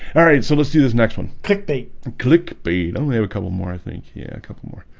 all right, so let's do this next one kick bait and click bait. i only have a couple more. i think yeah a couple more i